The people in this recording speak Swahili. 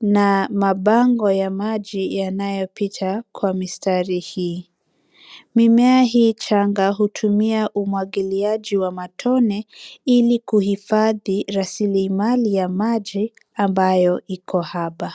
na mabango ya maji yanayopita kwa mistari hii. Mimea hii changa hutumia umwagiliaji wa matone ili kuhifadhi rasilimali ya maji ambayo iko hapa.